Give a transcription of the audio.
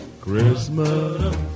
Christmas